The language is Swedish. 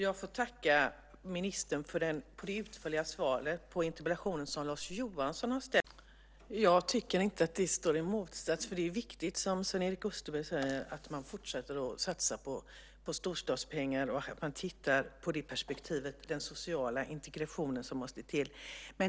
Herr talman! Jag tycker inte att detta står i motsats till varandra. Det är viktigt, som Sven-Erik Österberg säger, att man fortsätter att satsa storstadspengar och tittar på perspektivet med den sociala integration som måste till.